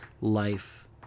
life